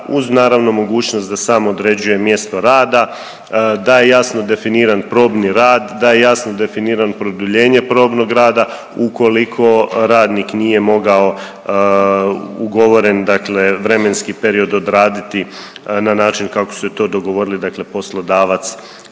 uz naravno mogućnost da sam određuje mjesto rada, da je jasno definiran probni rad, da je jasno definiran produljenje probnog rada ukoliko radnik nije mogao ugovoren, dakle vremenski period odraditi na način kako su to dogovorili, dakle poslodavac